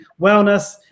wellness